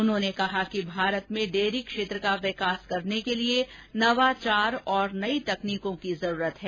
उन्होंने कहा कि भारत में डेयरी क्षेत्र का विस्तार करने के लिए नवाचार और नई तकनीकों की जरूरत है